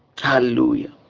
Hallelujah